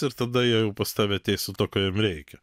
ir tada jie jau pas tave ateis su tuo ko jiem reikia